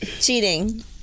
Cheating